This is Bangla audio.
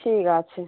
ঠিক আছে